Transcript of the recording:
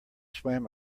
swam